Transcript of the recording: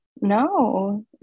no